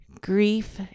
Grief